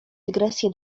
dygresję